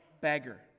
beggar